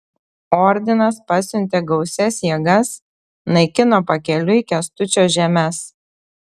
ordinas pasiuntė gausias jėgas naikino pakeliui kęstučio žemes